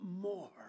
more